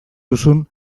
duzun